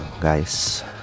guys